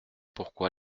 pourquoi